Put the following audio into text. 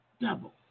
double